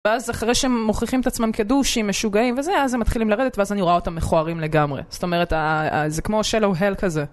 ואז אחרי שהם מוכיחים את עצמם כדוש, שהם משוגעים וזה, אז הם מתחילים לרדת ואז אני רואה אותם מכוערים לגמרי. זאת אומרת, זה כמו שלו הל כזה.